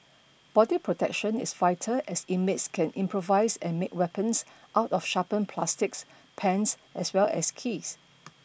body protection is vital as inmates can improvise and make weapons out of sharpened plastics pens as well as keys